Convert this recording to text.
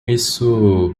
isso